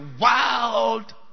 wild